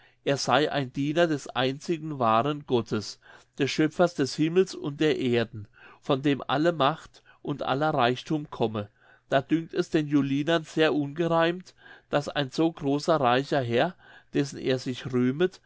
er sei ein diener des einzigen wahren gottes des schöpfers des himmels und der erden von dem alle macht und aller reichthum komme da dünkt es den julinern sehr ungereimt daß ein so großer reicher herr dessen er sich rühmet